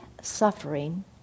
suffering